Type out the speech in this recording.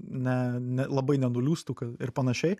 ne ne labai nenuliūstų ir panašiai